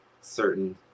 certain